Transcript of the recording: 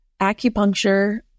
acupuncture